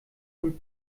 und